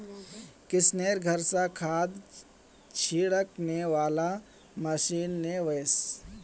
किशनेर घर स खाद छिड़कने वाला मशीन ने वोस